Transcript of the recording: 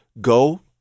go